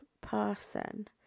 person